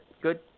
good